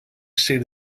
state